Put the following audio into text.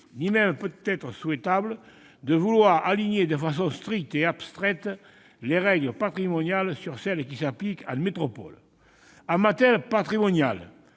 ni même peut-être souhaitable de vouloir aligner de façon stricte et abstraite les règles patrimoniales sur celles qui s'appliquent en métropole. En matière patrimoniale,